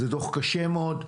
זה דוח קשה מאוד,